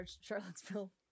charlottesville